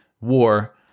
war